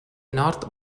nord